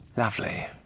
Lovely